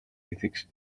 ethics